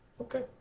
okay